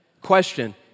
question